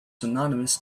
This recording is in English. synonymous